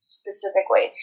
specifically